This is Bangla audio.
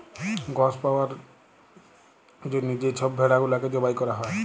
গস পাউয়ার জ্যনহে যে ছব ভেড়া গুলাকে জবাই ক্যরা হ্যয়